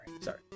Sorry